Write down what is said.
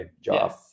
job